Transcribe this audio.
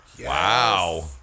Wow